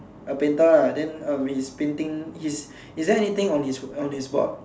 a painter ah then uh his painting his is there anything on his on his board